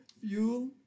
fuel